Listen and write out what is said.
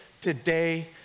today